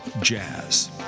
jazz